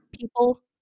people